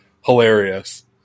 hilarious